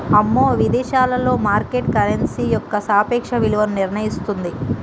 అమ్మో విదేశాలలో market currency యొక్క సాపేక్ష విలువను నిర్ణయిస్తుంది